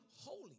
holy